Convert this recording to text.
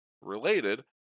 related